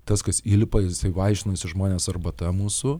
tas kas įlipa jisai vaišinasi žmonės arbata mūsų